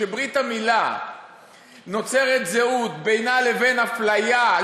שבברית המילה נוצרת זהות בינה לבין אפליה,